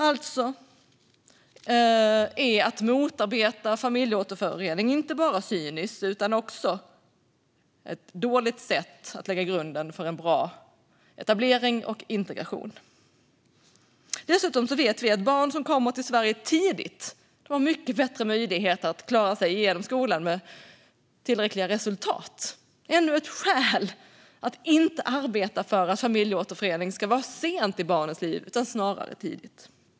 Att motarbeta familjeåterförening är alltså inte bara cyniskt utan också ett dåligt sätt att lägga grunden för en bra etablering och integration. Dessutom vet vi att barn som kommer till Sverige tidigt har mycket bättre möjligheter att klara sig igenom skolan med tillräckliga resultat. Det är ännu ett skäl att inte arbeta för att familjeåterförening ska ske sent i barnens liv utan snarare tidigt.